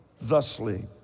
thusly